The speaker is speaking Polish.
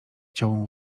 ciął